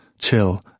chill